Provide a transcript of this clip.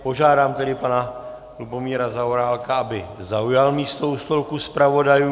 Požádám tedy pana Lubomíra Zaorálka, aby zaujal místo u stolku zpravodajů.